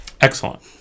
Excellent